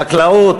חקלאות,